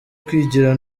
kwigira